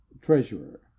treasurer